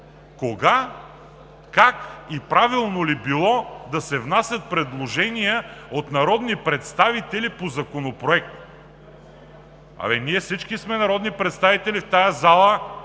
кога, как и правилно ли било да се внасят предложения от народни представители по законопроект? Ние всички в тази зала сме народни представители и смятам,